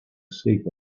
sleep